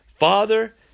Father